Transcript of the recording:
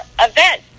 event